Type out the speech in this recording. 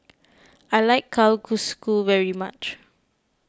I like Kalguksu very much